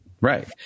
Right